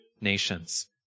nations